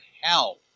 hell